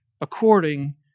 according